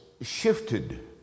shifted